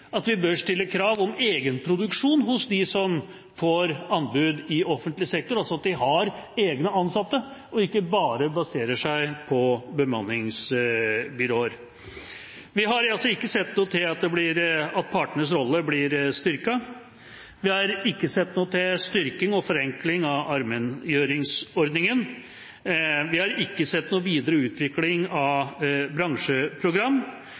at vi bør stille krav om egenproduksjon hos dem som får anbud i offentlig sektor, altså at de har egne ansatte og ikke bare baserer seg på bemanningsbyråer. Vi har ikke sett noe til at partenes rolle er blitt styrket. Vi har ikke sett noe til styrking og forenkling av allmenngjøringsordningen. Vi har ikke sett noen videre utvikling av bransjeprogram.